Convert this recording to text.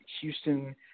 Houston